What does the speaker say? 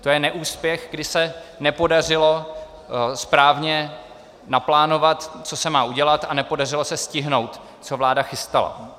To je neúspěch, kdy se nepodařilo správně naplánovat, co se má udělat, a nepodařilo se stihnout, co vláda chystala.